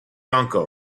uncle